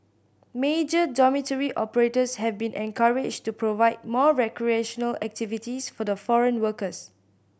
major dormitory operators have been encouraged to provide more recreational activities for the foreign workers